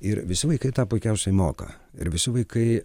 ir visi vaikai tą puikiausiai moka ir visi vaikai